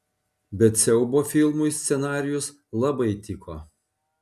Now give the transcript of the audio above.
bet siaubo filmui scenarijus labai tiko